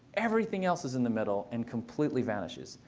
everything else is in the middle and completely vanishes.